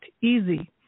easy